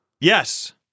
Yes